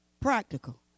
practical